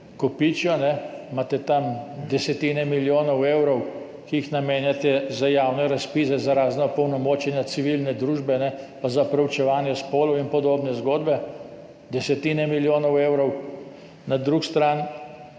kopičijo, imate tam desetine milijonov evrov, ki jih namenjate za javne razpise za razna opolnomočenja civilne družbe pa za preučevanje spolov in podobne zgodbe, desetine milijonov evrov. Na drugi strani